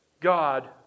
God